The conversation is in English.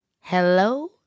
Hello